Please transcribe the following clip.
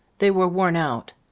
they were worn out.